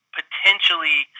potentially